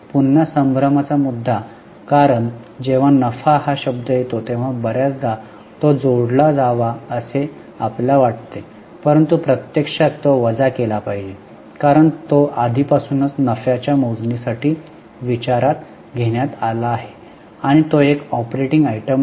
पुन्हा संभ्रमाचा मुद्दा कारण जेव्हा नफा हा शब्द येतो तेव्हा बर्याचदा तो जोडला जावा असे आपल्याला वाटते परंतु प्रत्यक्षात तो वजा केला पाहिजे कारण तो आधीपासूनच नफ्याच्या मोजणीसाठी विचारात घेण्यात आला आहे आणि तो एक ऑपरेटिंग आयटम नाही